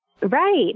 Right